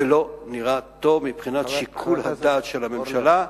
זה לא נראה טוב מבחינת שיקול הדעת של הממשלה.